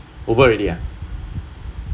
over already ah